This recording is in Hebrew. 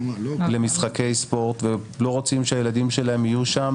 למשחקי ספורט ולא רוצים שהילדים שלהם יהיו שם,